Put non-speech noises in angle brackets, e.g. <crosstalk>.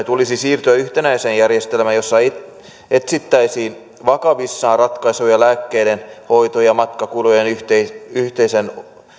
<unintelligible> tulisi siirtyä yhtenäiseen järjestelmään jossa etsittäisiin vakavissaan ratkaisuja lääkkeiden hoito ja matkakulujen yhteisen yhteisen